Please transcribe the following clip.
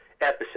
Episode